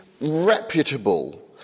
reputable